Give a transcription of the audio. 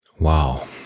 Wow